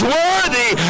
worthy